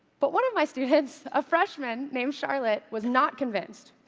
but one of my students, a freshman named charlotte, was not convinced.